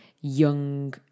young